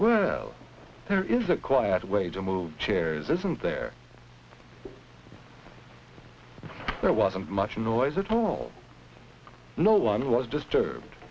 well there is a quiet way to move chairs isn't there there wasn't much noise at all no one was disturbed